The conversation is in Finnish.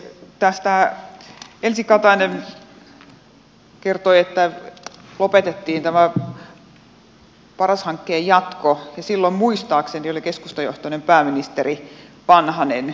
kun elsi katainen kertoi että lopetettiin tämä paras hankkeen jatko niin silloin muistaakseni oli keskustajohtoinen pääministeri vanhanen